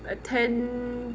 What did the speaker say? attend